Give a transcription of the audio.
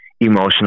emotional